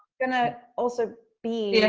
gonna also be. yeah